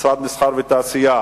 משרד המסחר והתעשייה